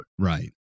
Right